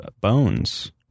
bones